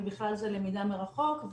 ובכלל זה למידה מרחוק,